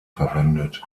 verwendet